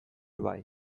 bai